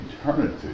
eternity